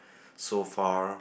so far